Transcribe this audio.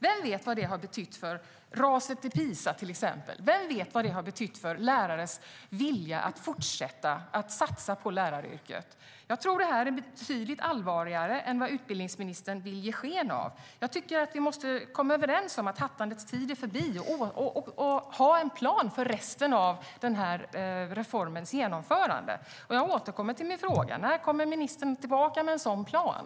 Vem vet vad det har betytt för raset i PISA? Vem vet vad det har betytt för lärarens vilja att fortsätta att satsa på läraryrket? Jag tror att detta är betydligt allvarligare än vad utbildningsministern vill ge sken av. Vi borde komma överens om att hattandets tid är förbi och göra upp en plan för det som resterar av den här reformens genomförande. Jag återkommer till min fråga: När kommer ministern tillbaka med en sådan plan?